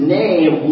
name